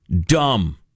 Dumb